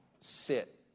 sit